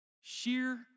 Sheer